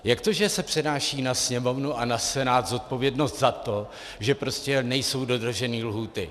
Jak to, že se přenáší na Sněmovnu a na Senát zodpovědnost za to, že prostě nejsou dodrženy lhůty?